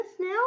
now